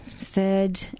third